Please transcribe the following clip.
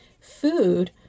food